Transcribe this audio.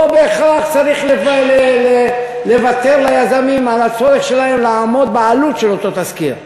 לא בהכרח צריך לוותר ליזמים על הצורך שלהם לעמוד בעלות של אותו תסקיר,